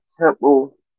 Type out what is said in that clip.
Temple